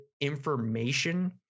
information